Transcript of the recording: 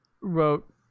wrote